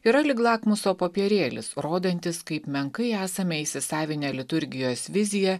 yra lyg lakmuso popierėlis rodantis kaip menkai esame įsisavinę liturgijos viziją